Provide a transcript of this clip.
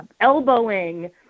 elbowing